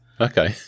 Okay